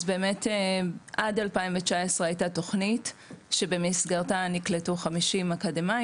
אז באמת עד 2019 הייתה תוכנית שבמסגרתה נקלטו 50 אקדמאים